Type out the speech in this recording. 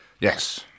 Yes